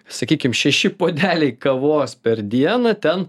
sakykim šeši puodeliai kavos per dieną ten